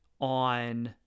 on